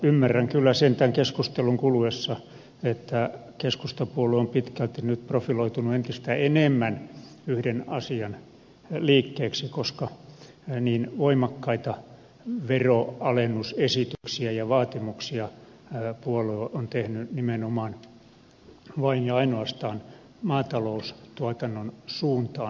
ymmärrän kyllä sen tämän keskustelun kuluessa että keskustapuolue on nyt pitkälti profiloitunut entistä enemmän yhden asian liikkeeksi koska niin voimakkaita veronalennusesityksiä ja vaatimuksia puolue on tehnyt nimenomaan vain ja ainoastaan maataloustuotannon suuntaan